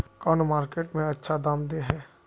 कौन मार्केट में अच्छा दाम दे है?